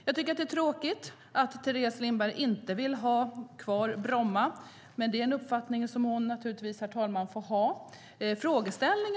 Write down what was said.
Jag tycker att det är tråkigt att Teres Lindberg inte vill ha kvar Bromma flygplats, men det är en uppfattning som hon naturligtvis får ha, herr talman.